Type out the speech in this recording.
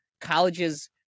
colleges